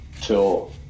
till